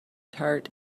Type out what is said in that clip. tart